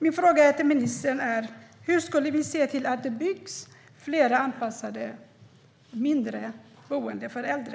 Min fråga till ministern är: Hur ska vi se till att det byggs fler anpassade, mindre boenden för äldre?